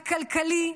הכלכלי,